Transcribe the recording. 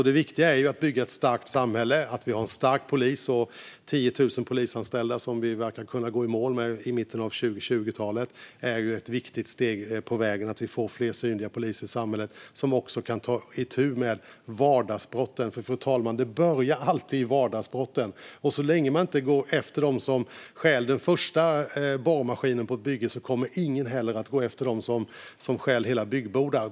Det viktiga är att bygga ett starkt samhälle och att vi har en stark polis. 10 000 polisanställda, som vi verkar kunna gå i mål med i mitten av 2020-talet, är ett viktigt steg på vägen mot att få fler synliga poliser i samhället. De kan då också ta itu med vardagsbrotten. För, fru talman, det börjar alltid i vardagsbrotten. Så länge man inte går efter dem som stjäl den första borrmaskinen på ett bygge kommer inte heller någon att gå efter dem som stjäl hela byggbodar.